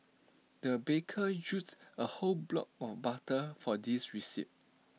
the baker used A whole block of butter for this recipe